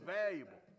valuable